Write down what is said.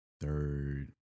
third